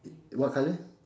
what colour